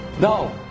No